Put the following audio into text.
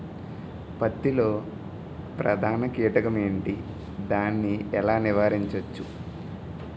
పత్తి లో ప్రధాన కీటకం ఎంటి? దాని ఎలా నీవారించచ్చు?